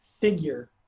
figure